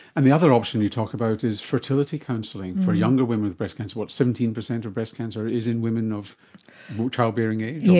and the other option you talk about is fertility counselling for younger women with breast cancer. what, seventeen percent of breast cancer is in women of childbearing age? yes,